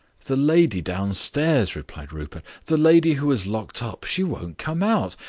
the lady downstairs, replied rupert. the lady who was locked up. she won't come out.